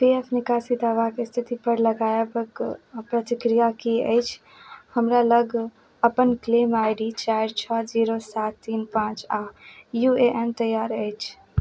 पी F निकासी दावाके स्थितिपर लगायबक प्रतिक्रिया की अछि हमरा लग अपन क्लेम आई डी चारि छओ जीरो सात तीन पाँच आओर यू ए एन तैयार अछि